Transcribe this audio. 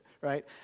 right